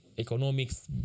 economics